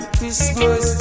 Christmas